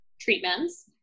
treatments